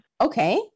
okay